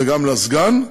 וגם לסגן.